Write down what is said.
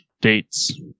dates